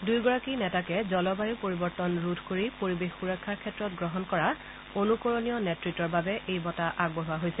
দুয়োগৰাকী নেতাকে জলবায়ু পৰিৱৰ্তন ৰোধ কৰি পৰিৱেশ সুৰক্ষাৰ ক্ষেত্ৰত গ্ৰহণ কৰা অনুকৰণীয় নেত্ৰত্বৰ বাবে এই বঁটা আগবঢ়োৱা হৈছে